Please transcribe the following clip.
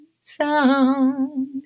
sound